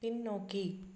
பின்னோக்கி